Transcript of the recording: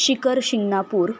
Shikhar Shingnapur